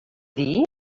dir